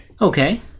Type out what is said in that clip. Okay